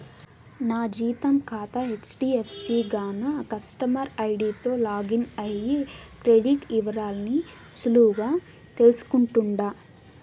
నా జీతం కాతా హెజ్డీఎఫ్సీ గాన కస్టమర్ ఐడీతో లాగిన్ అయ్యి క్రెడిట్ ఇవరాల్ని సులువుగా తెల్సుకుంటుండా